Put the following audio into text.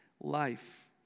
life